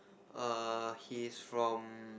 err he's from